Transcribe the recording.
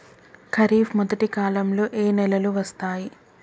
ఖరీఫ్ మొదటి కాలంలో ఏ నెలలు వస్తాయి?